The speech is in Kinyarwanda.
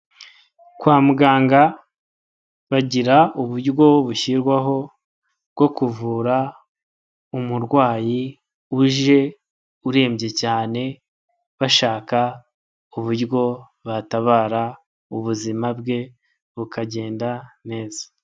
Kwa muganga bagira uburyo bushyirwaho bwo kuvura umurwayi uje urembye cyane bashaka uburyo batabara ubuzima bwe bukagenda neza.